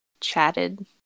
chatted